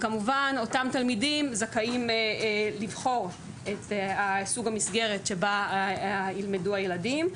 אותם תלמידים זכאים לבחור את סוג המסגרת שבה ילמדו הילדים.